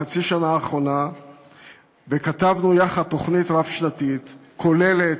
ובחצי השנה האחרונה כתבנו יחד תוכנית רב-שנתית כוללת,